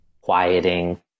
Quieting